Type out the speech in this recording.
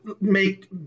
make